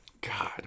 God